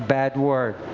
bad word.